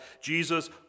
Jesus